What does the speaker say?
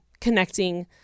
connecting